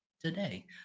today